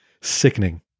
Sickening